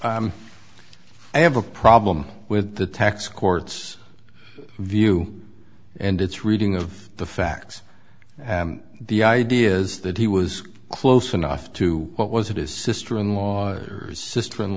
counsel i have a problem with the tax court's view and it's reading of the facts and the ideas that he was close enough to what was at his sister in law or sister in